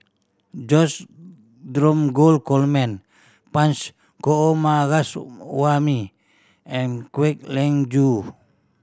George Dromgold Coleman Punch Coomaraswamy and Kwek Leng Joo